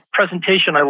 presentation